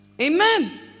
Amen